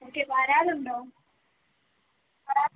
okay വരാൽ ഉണ്ടോ വരാൽ